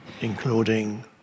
including